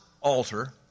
altar